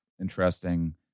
interesting